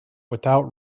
without